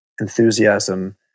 enthusiasm